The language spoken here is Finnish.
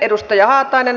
arvoisa puhemies